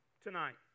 tonight